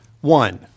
One